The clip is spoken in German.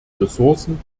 ressourcen